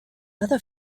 other